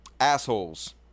Assholes